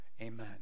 Amen